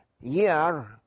year